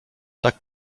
tak